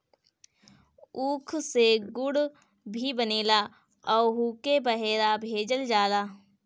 ऊख से गुड़ भी बनेला ओहुके बहरा भेजल जाला